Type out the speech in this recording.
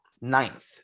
ninth